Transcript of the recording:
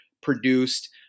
produced